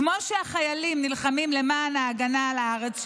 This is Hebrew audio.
כמו שהחיילים נלחמים למען ההגנה על הארץ שלנו,